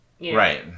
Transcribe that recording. Right